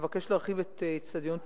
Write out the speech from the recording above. שמבקש להרחיב את איצטדיון "טדי"